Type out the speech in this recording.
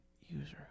User